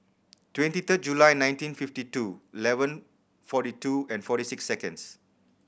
twenty third July nineteen fifty two eleven forty two and forty six seconds